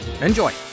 enjoy